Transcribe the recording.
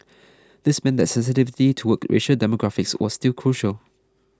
this meant that sensitivity toward racial demographics was still crucial